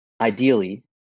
Ideally